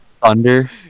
Thunder